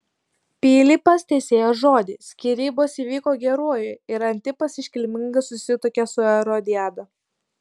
pilypas tesėjo žodį skyrybos įvyko geruoju ir antipas iškilmingai susituokė su erodiada